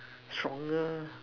stronger